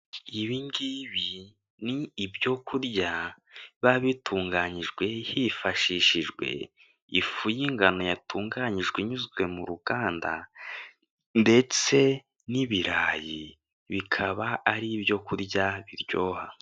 Ibi ngibi ni ibyo kurya biba bitunganyijwe, hishishijwe ifu y'ingano yatunganijwe inyuzwe mu ruganda ndetse n'ibirayi, bikaba ari ibyo kurya biryoha.